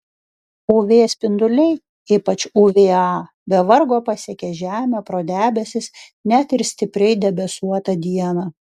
uv spinduliai ypač uv a be vargo pasiekia žemę pro debesis net ir stipriai debesuotą dieną